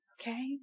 Okay